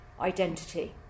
identity